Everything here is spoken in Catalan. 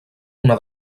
una